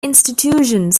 institutions